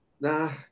Nah